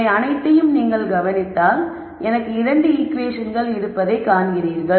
இவை அனைத்தையும் நீங்கள் கவனித்தால் எனக்கு 2 ஈகுவேஷன்கள் இருப்பதை காண்கிறீர்கள்